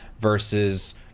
versus